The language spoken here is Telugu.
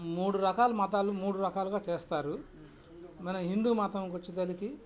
మూడు రకాల మతాలు మూడు రకాలుగా చేస్తారు మన హిందూ మతంకి వచ్చేసరికి